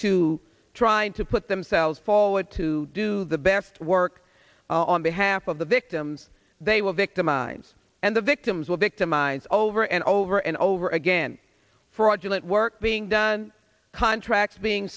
to trying to put themselves forward to do the best work on behalf of the timbs they were victimized and the victims were victimized over and over and over again fraudulent work being done contracts being